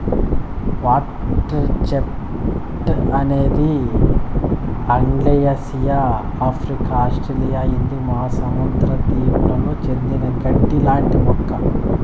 water chestnut అనేది ఆగ్నేయాసియా, Africa, Australia హిందూ మహాసముద్ర దీవులకు చెందిన గడ్డి లాంటి మొక్క